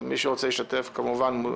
אז מי שרוצה להשתתף, כמובן מוזמן.